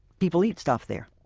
people eat stuff there.